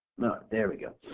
there we go.